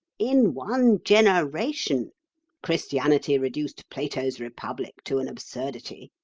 in one generation christianity reduced plato's republic to an absurdity.